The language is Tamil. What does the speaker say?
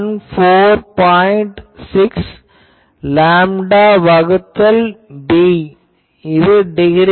6 லேம்டா வகுத்தல் b டிகிரியில்